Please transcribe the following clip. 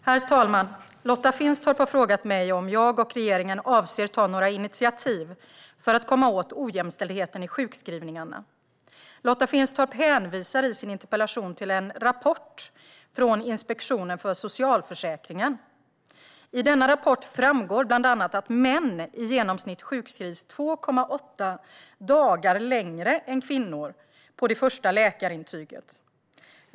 Herr talman! Lotta Finstorp har frågat mig om jag och regeringen avser att ta några initiativ för att komma åt ojämställdheten i sjukskrivningarna. Lotta Finstorp hänvisar i sin interpellation till en rapport från Inspektionen för socialförsäkringen. I denna rapport framgår bland annat att män i genomsnitt sjukskrivs 2,8 dagar längre än kvinnor i det första läkarintyget.